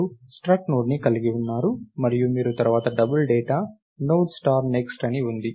మీరు స్ట్రక్ట్ నోడ్ని కలిగి ఉన్నారు మరియు మీరు తర్వాత double data node star next అని ఉంది